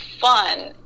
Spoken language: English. fun